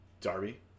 Darby